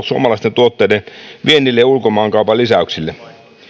suomalaisten tuotteiden viennille ja ulkomaankaupan lisäyksille